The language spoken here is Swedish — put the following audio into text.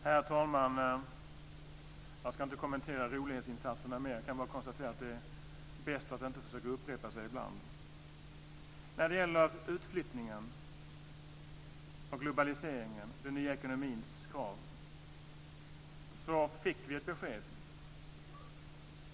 Herr talman! Jag ska inte kommentera rolighetsinsatserna mer. Jag kan bara konstatera att det ibland är bäst att inte försöka upprepa sig. När det gäller utflyttningen, globaliseringen och den nya ekonomins krav fick vi ett besked.